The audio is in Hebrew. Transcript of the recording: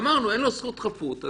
אין כבר זכות חפות.